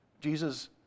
Jesus